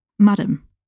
Madam